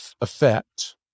effect